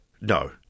No